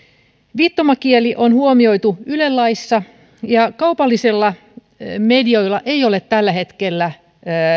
viittomakieli on huomioitu yle laissa kaupallisilla medioilla ei ole tällä hetkellä